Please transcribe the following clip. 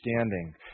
understanding